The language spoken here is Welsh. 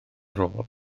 rôl